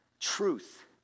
Truth